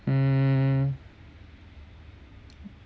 hmm